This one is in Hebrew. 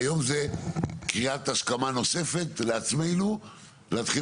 היום זה קריאת השכמה נוספת לעצמנו להתחיל